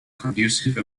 conducive